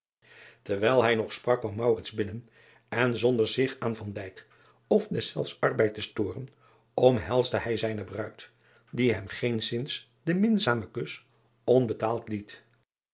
erwijl hij nog sprak kwam binnen en zonder zich aan of deszelfs arbeid te storen omhelsde hij zijne bruid die hem geenszins den minzamen kus onbetaald liet